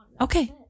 Okay